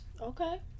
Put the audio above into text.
okay